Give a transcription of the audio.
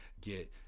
get